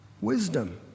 wisdom